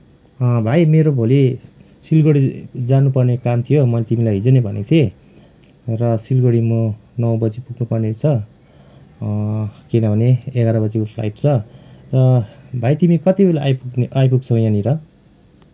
भाइ मेरो भोलि सिलगडी जानुपर्ने काम थियो मैले तिमीलाई हिजो नै भनेको थिएँ र सिलगडी म नौ बजे नै पुग्नुपर्ने छ किनभने एघार बजीको फ्लाइट छ र भाइ तिमी कति बेला आइपुग्ने आइपुग्छौँ यहाँनिर